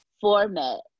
format